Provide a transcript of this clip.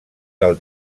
del